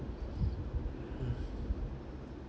mm